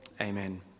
Amen